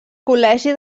col·legi